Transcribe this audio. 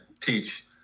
teach